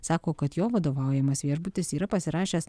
sako kad jo vadovaujamas viešbutis yra pasirašęs